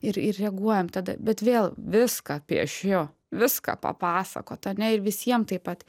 ir ir reaguojam tada bet vėl viską piešiu viską papasakot ane ir visiem taip pat